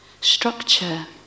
structure